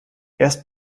erst